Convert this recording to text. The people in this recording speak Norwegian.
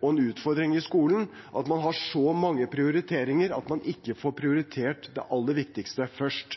og en utfordring i skolen at man har så mange prioriteringer at man ikke får prioritert det aller viktigste først.